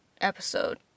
episode